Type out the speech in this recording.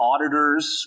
auditors